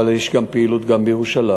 אבל יש פעילות גם בירושלים,